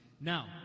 now